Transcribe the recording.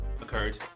occurred